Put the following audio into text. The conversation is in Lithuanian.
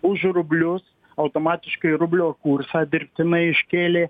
už rublius automatiškai rublio kursą dirbtinai iškėlė